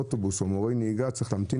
אוטובוס או מורה נהיגה צריך להמתין